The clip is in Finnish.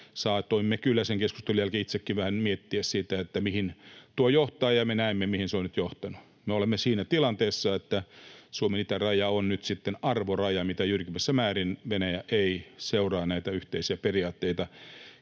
Saatoimme kyllä sen keskustelun jälkeen itsekin vähän miettiä sitä, mihin tuo johtaa, ja me näemme nyt, mihin se on johtanut. Me olemme siinä tilanteessa, että Suomen itäraja on nyt sitten arvoraja mitä jyrkimmässä määrin. Venäjä ei seuraa näitä yhteisiä periaatteita.